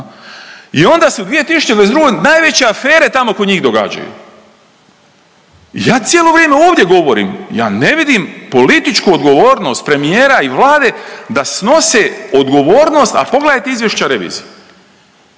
i onda su 2022. najveće afere tamo kod njih događaju. Ja cijelo vrijeme ovdje govorim ja ne vidim političku odgovornost premijera i Vlade da snose odgovornost, a pogledajte izvješća revizije.